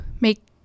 make